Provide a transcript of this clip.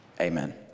Amen